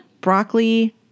broccoli